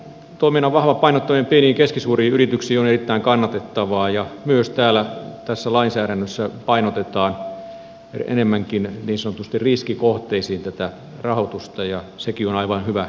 avustustoiminnan vahva painottaminen pieniin ja keskisuuriin yrityksiin on erittäin kannatettavaa ja myös tässä lainsäädännössä painotetaan enemmänkin niin sanotusti riskikohteisiin tätä rahoitusta ja sekin on aivan hyvä suuntaus